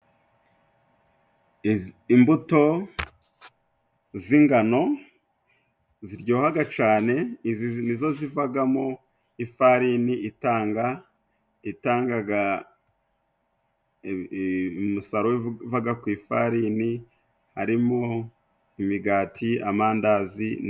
Imbuto z'ingano ziryohaga cane, izi ni zo zivagamo ifarini itanga itangaga umusaruro w'ibivaga ku ifarini harimo imigati, amandazi.